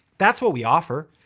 that's what we offer.